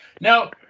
Now